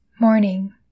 Morning